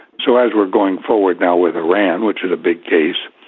so as we're going forward now with iran, which is a big case,